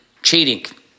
Cheating